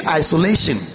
isolation